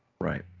Right